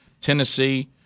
Tennessee